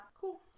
Cool